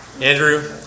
Andrew